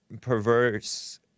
perverse